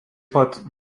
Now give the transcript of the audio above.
pat